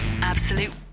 Absolute